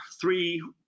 three